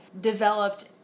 developed